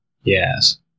Yes